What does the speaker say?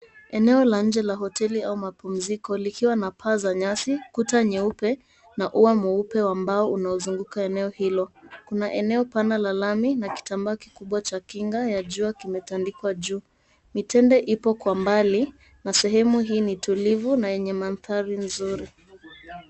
Eneo la nje la hoteli au mapumziko likiwa na paa za nyasi ,kuta nyeupe na ua mweupe wa mbao unaozunguka eneo hilo. Kuna eneo pana la lami na kitambaa kikubwa cha kinga ya jua kimetandikwa juu. Mitende ipo kwa mbali na sehemu hii ni tulivu na yenye maandhari nzuri .